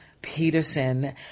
Peterson